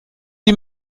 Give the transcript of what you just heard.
die